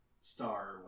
star